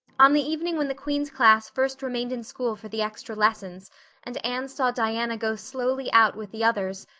on the evening when the queen's class first remained in school for the extra lessons and anne saw diana go slowly out with the others,